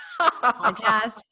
podcast